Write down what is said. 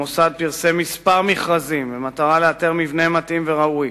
המוסד פרסם כמה מכרזים במטרה לאתר מבנה מתאים וראוי.